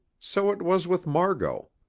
so it was with margot.